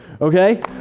Okay